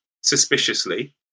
suspiciously